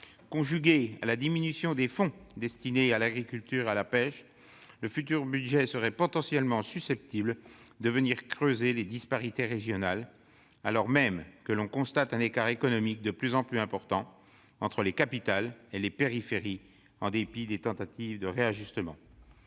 conjugué à la diminution des fonds destinés à l'agriculture et à la pêche, serait potentiellement susceptible de venir creuser les disparités régionales, alors même que l'on constate un écart économique de plus en plus important entre les capitales et les périphéries, en dépit des tentatives de réajustement.